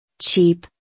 cheap